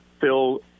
Phil